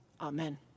Amen